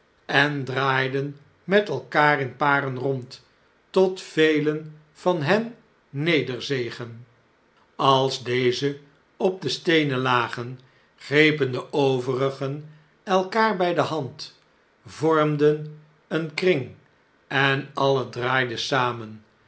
en draaiden met elkaar in paren rond tot velen van hen nederzegen als dezen op de steenen lagen grepen de overigen elkaar bij de hand vormden een kring en alien draaiden samen